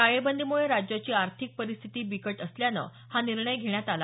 टाळेबंदीमुळे राज्याची आर्थिक परिस्थिती बिकट असल्यानं हा निर्णय घेण्यात आला